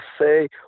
say